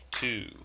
two